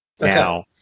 Now